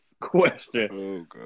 question